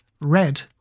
Red